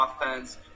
offense